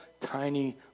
tiny